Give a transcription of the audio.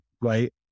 right